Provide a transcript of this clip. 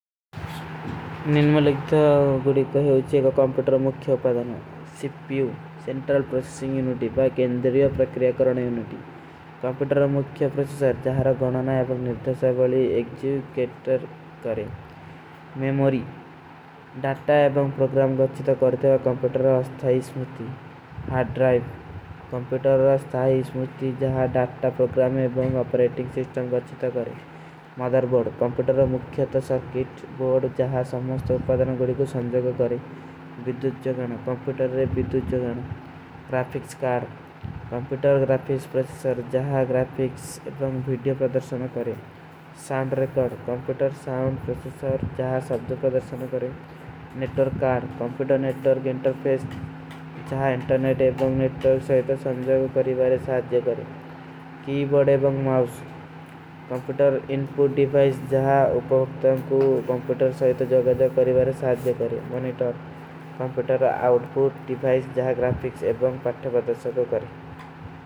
ନିର୍ମଲିକ୍ତ ବୁଡୀ କୋ ହୋଚେଗା କମ୍ପିଟରର ମୁଖ୍ଯ ଉପଧାନ। ପା ଗେଂଦ୍ରିଯ ପ୍ରକ୍ରିଯକରଣ ଉନିଟୀ। କମ୍ପିଟରର ମୁଖ୍ଯ ପ୍ରୋସେସର, ଜହାରା ଗଣଣା ଏବର ନିର୍ଥସାବଲୀ ଏକଜୀ କେଟର କରେଂ। ମେମୋରୀ, ଡାଟା ଏବର ପ୍ରୋଗ୍ରାମ ଗଚ୍ଚିତ କରତେ ଵା କମ୍ପିଟର ରାସ୍ଥାଈ ସ୍ମୁତି। ହାର୍ଡ ଡ୍ରାଇବ, କମ୍ପିଟର ରାସ୍ଥାଈ ସ୍ମୁତି, ଜହାର ଡାଟା, ପ୍ରୋଗ୍ରାମ ଏବର ଅପରେଟିଂଗ ସିସ୍ଟମ ଗଚ୍ଚିତ କରେଂ ମାଧର ବୋର୍ଡ। କମ୍ପିଟର ରାସ୍ଥାଈ ସ୍ମୁତି, ଜହାର ଅପରେଟିଂଗ ସିସ୍ଟମ ଗଚ୍ଚିତ କରେଂ। ବିଦ୍ଦୁ ଜଗନ, କମ୍ପିଟର ରେ ବିଦ୍ଦୁ ଜଗନ, graphics card, computer graphics processor. ଜହାର ଗ୍ରାଫିକ୍ସ ଏବର ଵୀଡିଯୋ ପ୍ରଦର୍ଶନ କରେଂ। Sound record, computer sound processor. ଜହାର ସବ୍ଦୋଗ ପ୍ରଦର୍ଶନ କରେଂ। Network card, computer network interface, ଜହାର ଏଂଟରନେଟ ଏବଂଗ ନେଟର ସହୀତ ସଂଜଗ କରୀବାରେ ସାଧ ଜେକରେଂ। Network card, computer network interface, ଜହାର ଏଂଟରନେଟ ଏବଂଗ ପ୍ରଦର୍ଶନ କରେଂ।